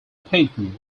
painting